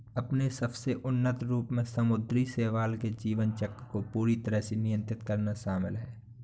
अपने सबसे उन्नत रूप में समुद्री शैवाल के जीवन चक्र को पूरी तरह से नियंत्रित करना शामिल है